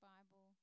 Bible